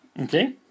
Okay